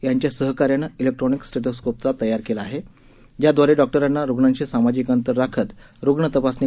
यांच्या सहकार्यानं electronic stethoscope तयार केला आहेज्या दवारे डॉक्टरांना रुग्णांशी सामाजिक अंतर राखत रुग्ण तपासणी